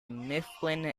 mifflin